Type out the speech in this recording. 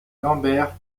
lambert